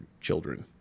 Children